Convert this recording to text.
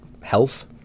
health